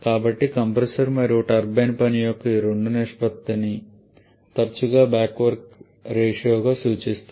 కాబట్టి కంప్రెసర్ మరియు టర్బైన్ పని యొక్క ఈ రెండు నిష్పత్తిని తరచుగా బ్యాక్ వర్క్ రేషియోగా సూచిస్తారు